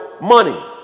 money